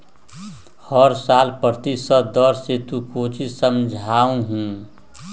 हर साल प्रतिशत दर से तू कौचि समझा हूँ